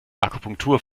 akupunktur